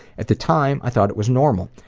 at the time, i thought it was normal.